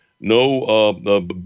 no